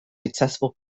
successful